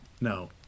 no